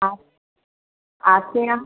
आप आपके यहाँ